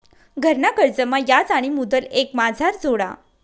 घरना कर्जमा याज आणि मुदल एकमाझार जोडा